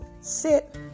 Sit